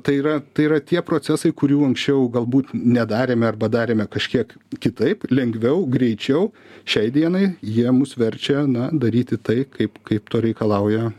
tai yra tai yra tie procesai kurių anksčiau galbūt nedarėme arba darėme kažkiek kitaip lengviau greičiau šiai dienai jie mus verčia na daryti tai kaip kaip to reikalauja